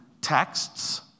texts